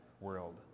world